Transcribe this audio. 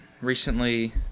Recently